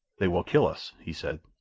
they will kill us, he said.